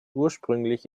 ursprünglich